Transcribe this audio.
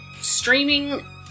streaming